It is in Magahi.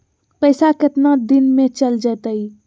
पैसा कितना दिन में चल जतई?